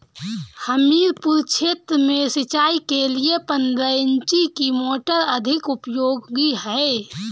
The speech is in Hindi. हमीरपुर क्षेत्र में सिंचाई के लिए पंद्रह इंची की मोटर अधिक उपयोगी है?